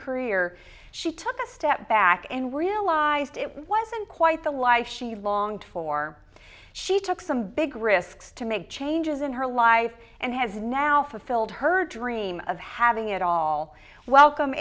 career she took a step back and realized it wasn't quite the life she longed for she took some big risks to make changes in her life and has now fulfilled her dream of having it all welcome